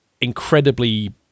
incredibly